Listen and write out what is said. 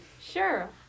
Sure